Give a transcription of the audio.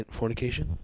fornication